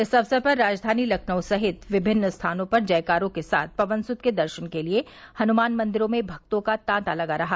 इस अवसर पर राजधानी लखनऊ सहित विभिन्न स्थानों में जयकारों के साथ पवनसुत के दर्शन के लिये हनुमान मंदिरों में भक्तों का तांता लगा रहा